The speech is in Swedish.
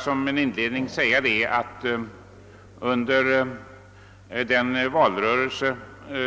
Som en inledning till mitt anförande vill jag erinra om att regeringens talesmän under den valrörelse